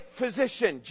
physician